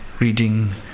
reading